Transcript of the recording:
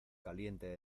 caliente